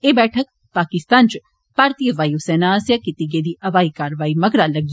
एह बैठक पाकिस्तान च भारतीय वाय् सेना आस्सेआ कीती गेदी हवाई कारवाई मगरा लग्गी